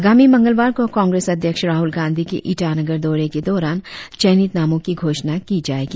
आगामी मंगलवार को कांग्रेस अध्यक्ष राहूल गांधी के ईटानगर दौरे के दौरान चयनित नामों की घोषणा की जाएगी